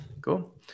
Cool